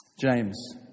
James